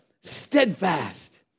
steadfast